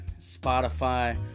Spotify